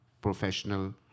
professional